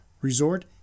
resort